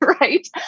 right